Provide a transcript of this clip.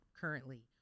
currently